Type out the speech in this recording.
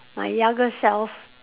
my younger self